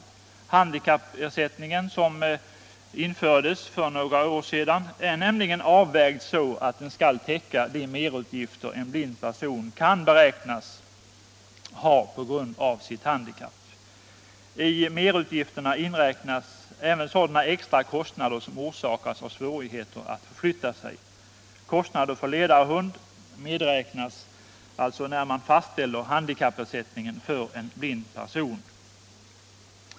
Den handikappersättning som infördes för några år sedan är nämligen så avvägd att den skall täcka de merutgifter en blind person kan beräknas ha på grund av sitt handikapp. I merutgifterna inräknas även sådana extrakostnader som orsakas av svårigheter att förflytta sig. Sålunda medräknas kostnader för ledarhund när man fastställer handikappersättningen för en blind person.